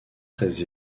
très